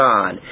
God